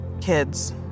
kids